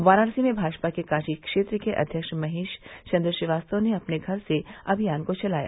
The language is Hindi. वाराणसी में भाजपा के काशी क्षेत्र के अध्यक्ष महेश चन्द्र श्रीवास्तव ने अपने घर से अभियान को चलाया